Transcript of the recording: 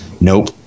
Nope